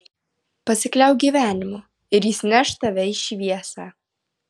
pasikliauk gyvenimu ir jis neš tave į šviesą